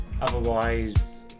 Otherwise